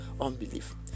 Unbelief